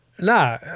No